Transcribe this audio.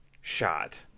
shot